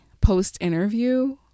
post-interview